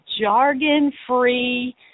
jargon-free